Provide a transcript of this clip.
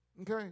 okay